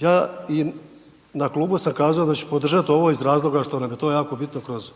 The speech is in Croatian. Ja i na Klubu sam kaz'o da ću podržati ovo iz razloga što nam je to jako bitno kroz